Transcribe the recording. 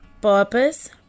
purpose